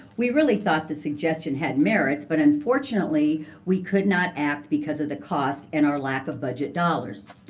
we really thought the suggestion had merits. but unfortunately, we could not act because of the cost and our lack of budget dollars.